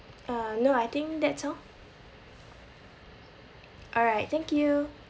uh no I think that's all alright thank you